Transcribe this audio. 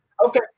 Okay